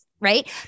right